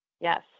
yes